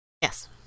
Yes